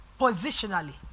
positionally